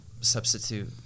substitute